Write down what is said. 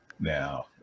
now